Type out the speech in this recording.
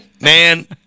Man